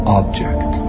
object